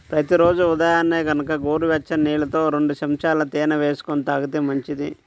ప్రతి రోజూ ఉదయాన్నే గనక గోరువెచ్చని నీళ్ళల్లో రెండు చెంచాల తేనె వేసుకొని తాగితే మంచిది